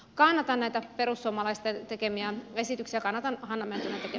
kannatan näitä perussuomalaisten tekemiä esityksiä kannata mennä ja